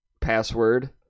password